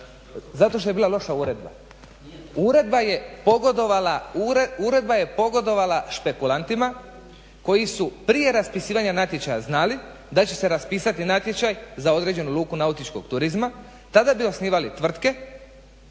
Zato što je bila loša uredba. Uredba je pogodovala špekulantima koji su prije raspisivanja natječaja znali da će se raspisati natječaj za određenu luku nautičkog turizma. Tada bi osnivali tvrtke